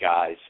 guys